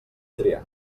triar